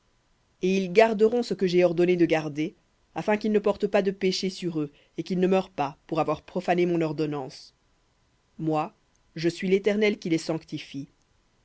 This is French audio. et ils garderont ce que j'ai ordonné de garder afin qu'ils ne portent pas de péché sur eux et qu'ils ne meurent pas pour avoir profané moi je suis l'éternel qui les sanctifie